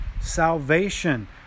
salvation